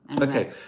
Okay